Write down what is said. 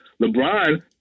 LeBron